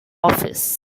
office